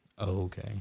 Okay